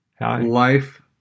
life